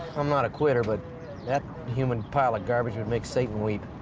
i'm not a quitter but that human pile of garbage would make satan weep.